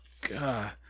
God